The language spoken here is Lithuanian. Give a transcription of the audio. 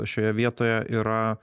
šioje vietoje yra